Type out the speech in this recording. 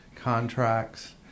contracts